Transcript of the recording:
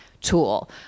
tool